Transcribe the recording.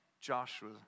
Joshua